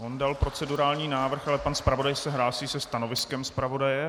On dal procedurální návrh, ale pan zpravodaj se hlásí se stanoviskem zpravodaje.